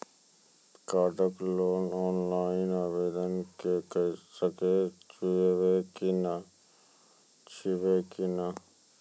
कार्डक लेल ऑनलाइन आवेदन के सकै छियै की?